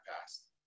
past